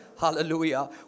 Hallelujah